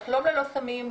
לחלום ללא סמים,